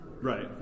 Right